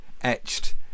etched